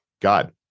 God